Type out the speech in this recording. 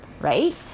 right